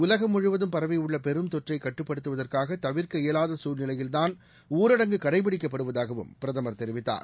உலகம் முழுவதும் பரவியுள்ள பெரும் தொற்றை கட்டுப்படுத்துவதற்காக தவிர்க் இயலாத சூழ்நிலையில் தான் ஊரடங்கு கடைப்பிடிக்கப்படுவதாகவும் பிரதமர் தெரிவித்தார்